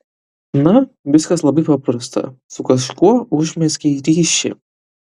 na viskas labai paprasta su kažkuo užmezgei ryšį